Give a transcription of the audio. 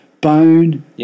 Bone